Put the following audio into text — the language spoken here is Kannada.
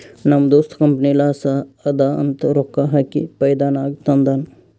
ನಮ್ ದೋಸ್ತ ಕಂಪನಿ ಲಾಸ್ ಅದಾ ಅಂತ ರೊಕ್ಕಾ ಹಾಕಿ ಫೈದಾ ನಾಗ್ ತಂದಾನ್